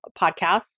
Podcasts